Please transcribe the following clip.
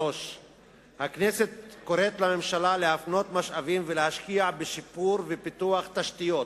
3. הכנסת קוראת לממשלה להפנות משאבים ולהשקיע בשיפור ובפיתוח של תשתיות,